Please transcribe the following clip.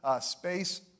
space